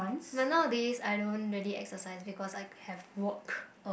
but nowadays I don't really exercise because I have work